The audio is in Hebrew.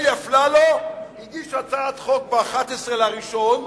אלי אפללו הגיש הצעת חוק ב-11 בינואר,